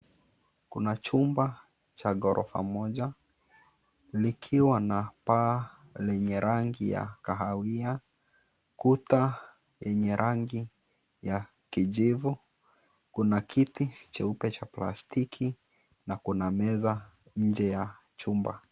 Kuna chumba cha ghorofa moja likiwa na paa lenye rangi ya kaawia kuta yenye rangi ya kijivu kuna kiti cheupe cha plastiki na kuna meza nje ya chumba.